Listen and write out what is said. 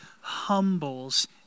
humbles